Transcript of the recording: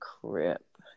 crip